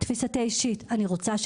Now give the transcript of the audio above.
לעניות דעתי אני כן רוצה,